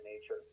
nature